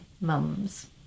mums